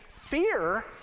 fear